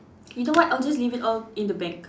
you know what I'll just leave it all in the bank